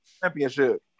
championship